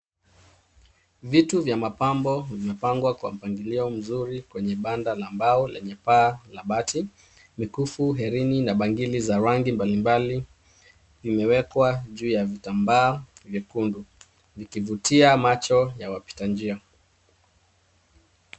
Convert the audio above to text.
Vitu vya mapambo vimepangwa vizuri kwenye banda la mbao lenye paa la bati. Mikufu, herini na bangili za rangi mbalimbali vimewekwa juu ya vitambaa vyekundu vikivutia macho ya wapitanjia.